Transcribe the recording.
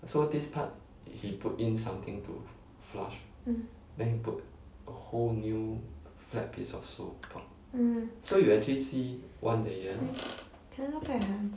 mm mm can I look at your hands